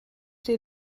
die